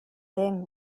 them